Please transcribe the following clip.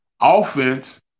offense